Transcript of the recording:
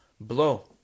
blow